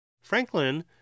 Franklin